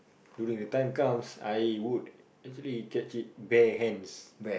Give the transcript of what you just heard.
during the time comes I would actually catch it bare hands